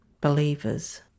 believers